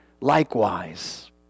likewise